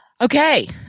Okay